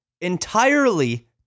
entirely